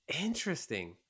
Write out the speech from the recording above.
Interesting